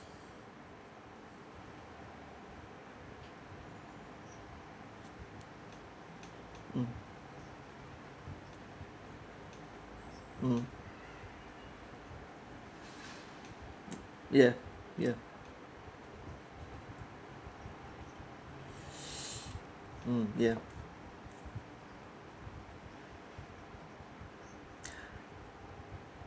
mm mm ya ya mm ya